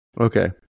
Okay